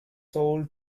sold